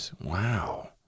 Wow